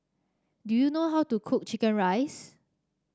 do you know how to cook chicken rice